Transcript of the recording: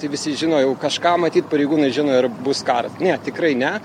tai visi žino jau kažką matyt pareigūnai žino ir bus karas ne tikrai ne